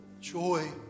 joy